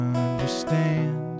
understand